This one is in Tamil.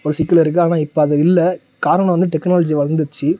ஒரு சிக்கல் இருக்குது ஆனால் இப்போ அது இல்லை காரணம் வந்து டெக்னாலஜி வளர்ந்துருச்சி